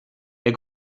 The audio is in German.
der